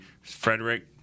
Frederick